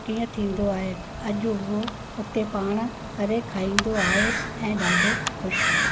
कीअं थींदो आहे अॼु उहो उते पाण करे खाईंदो आहे ऐं ॾाढो ख़ुशि आहे